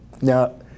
Now